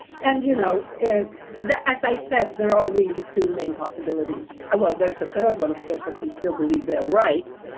and you know that, as i said, there are really two main possibilities. well, there's the third one, of course, that they still believe they're right.